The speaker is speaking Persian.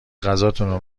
غذاتون